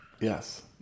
yes